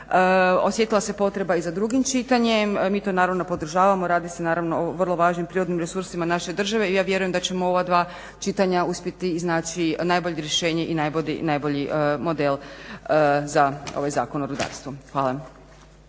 osjetila se potreba i za drugim čitanjem. Mi to naravno podržavamo, radi se naravno o vrlo važnim prirodnim resursima naše države i ja vjerujem da ćemo u ova dva čitanja uspjeti iznaći najbolje rješenje i najbolji model za ovaj Zakon o rudarstvu. Hvala.